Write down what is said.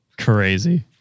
Crazy